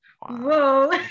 whoa